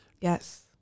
Yes